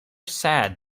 sad